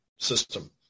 system